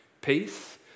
peace